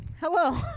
hello